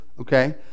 okay